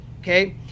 okay